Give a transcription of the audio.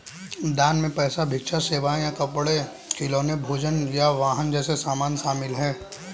दान में पैसा भिक्षा सेवाएं या कपड़े खिलौने भोजन या वाहन जैसे सामान शामिल हैं